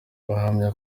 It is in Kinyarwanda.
bahamya